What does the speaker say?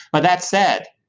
but that said,